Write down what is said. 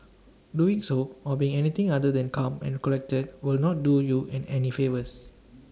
doing so or being anything other than calm and collected will not do you and any favours